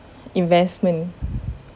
investment